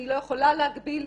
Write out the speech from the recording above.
אני לא יכולה להגביל,